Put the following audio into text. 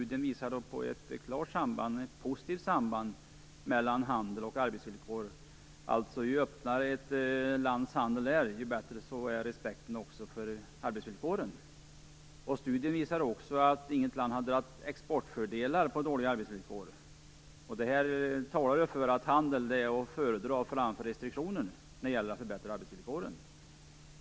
Den visar på ett klart positivt samband mellan handel och arbetsvillkor. Ju öppnare ett lands handel är, desto bättre är respekten för arbetsvillkoren. Studien visar också att inget land hade några exportfördelar genom dåliga arbetsvillkor. Det här talar för att handel är att föredra framför restriktioner när det gäller att förbättra arbetsvillkoren.